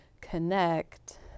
connect